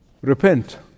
repent